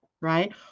Right